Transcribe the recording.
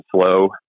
slow